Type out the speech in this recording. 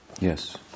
Yes